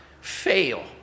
fail